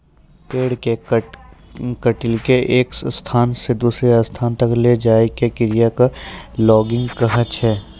पेड़ कॅ काटिकॅ एक स्थान स दूसरो स्थान तक लै जाय के क्रिया कॅ लॉगिंग कहै छै